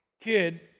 kid